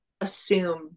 assume